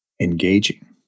engaging